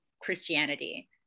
christianity